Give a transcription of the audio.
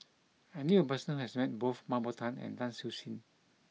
I knew a person who has met both Mah Bow Tan and Tan Siew Sin